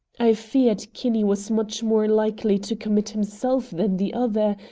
i feared kinney was much more likely to commit himself than the other,